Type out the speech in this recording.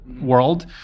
world